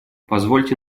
позвольте